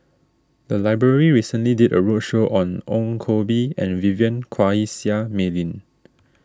the library recently did a roadshow on Ong Koh Bee and Vivien Quahe Seah Mei Lin